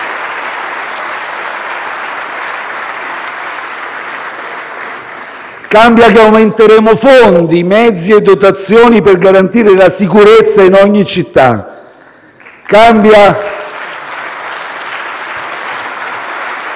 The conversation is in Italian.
Cambia che aumenteremo fondi, mezzi e dotazioni per garantire la sicurezza in ogni città. *(Applausi